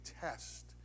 test